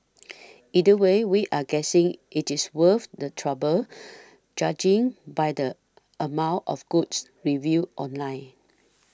either way we're guessing it is worth the trouble judging by the amount of goods reviews online